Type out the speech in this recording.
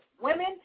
Women